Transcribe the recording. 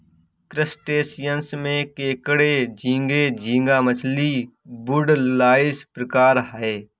crustaceans में केकड़े झींगे, झींगा मछली, वुडलाइस प्रकार है